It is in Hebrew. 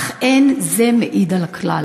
אך אין זה מעיד על הכלל.